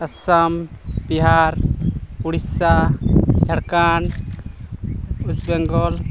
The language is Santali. ᱟᱥᱟᱢ ᱵᱤᱦᱟᱨ ᱩᱲᱤᱥᱥᱟ ᱡᱷᱟᱲᱠᱷᱚᱸᱰ ᱳᱭᱮᱥᱴ ᱵᱮᱝᱜᱚᱞ